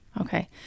Okay